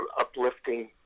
uplifting